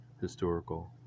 historical